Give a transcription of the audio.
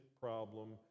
problem